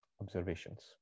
observations